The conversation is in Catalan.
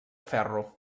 ferro